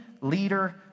Leader